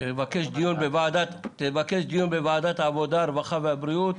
תבקש דיון בוועדת העבודה, הרווחה והבריאות.